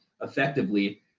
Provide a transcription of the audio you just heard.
effectively